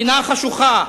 פינה חשוכה,